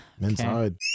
Inside